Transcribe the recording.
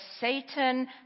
Satan